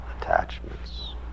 Attachments